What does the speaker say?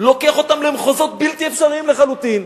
לוקח אותם למחוזות בלתי אפשריים לחלוטין,